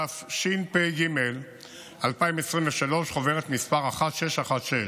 התשפ"ג 2023, מ/1616.